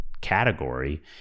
category